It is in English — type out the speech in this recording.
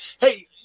hey